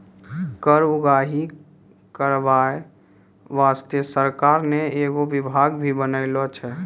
कर उगाही करबाय बासतें सरकार ने एगो बिभाग भी बनालो छै